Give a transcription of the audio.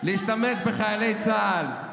להשתמש בחיילי צה"ל,